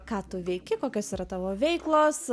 ką tu veiki kokios yra tavo veiklos